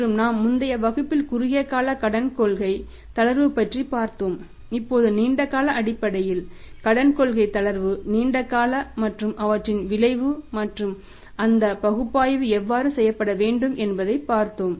மற்றும் நாம் முந்தைய வகுப்பில் குறுகிய கால கடன் கொள்கை தளர்வு பற்றி பார்த்தோம் இப்போது நீண்டகால அடிப்படையில் கடன் கொள்கை தளர்வு நீண்ட கால மாற்றம் அவற்றின் விளைவு மற்றும் அந்த பகுப்பாய்வு எவ்வாறு செய்யப்பட வேண்டும் என்பதை பார்த்தோம்